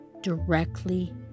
directly